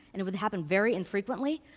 and it would happen very infrequently.